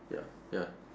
ya